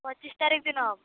ପଚିଶ ତାରିଖ ଦିନ